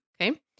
Okay